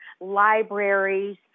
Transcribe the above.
libraries